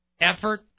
effort